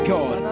God